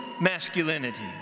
masculinity